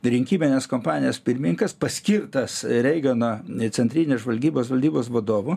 rinkiminės kompanijos pirmininkas paskirtas reigano centrinės žvalgybos valdybos vadovu